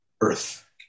earth